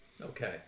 Okay